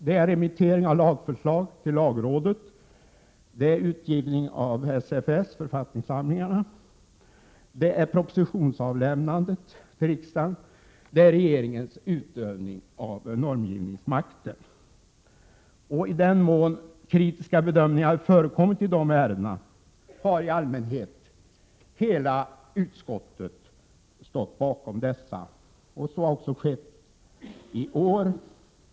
Det gäller remittering av lagförslag till lagrådet, utgivning av författningssamlingen, SFS, propositionsavlämnandet till riksdagen och regeringens utövning av normgivningsmakten. I den mån kritiska bedömningar har förekommit i dessa ärenden, har i allmänhet hela utskottet stått bakom — så har också skett i år.